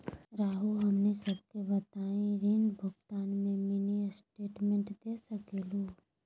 रहुआ हमनी सबके बताइं ऋण भुगतान में मिनी स्टेटमेंट दे सकेलू?